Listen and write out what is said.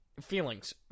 feelings